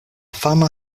fama